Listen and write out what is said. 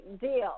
deal